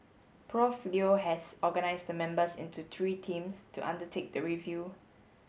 Prof Leo has organised the members into three teams to undertake the review